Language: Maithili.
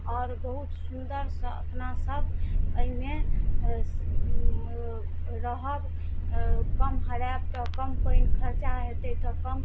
आओर बहुत सुन्दरसँ अपना सभ अइमे रहब कम हरायब तऽ कम पानि खर्चा हेतय तऽ कम